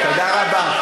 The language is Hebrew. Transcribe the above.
תודה רבה.